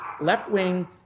left-wing